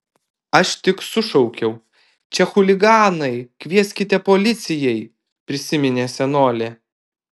aš tik sušaukiau čia chuliganai kvieskite policijai prisiminė senolė